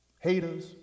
Haters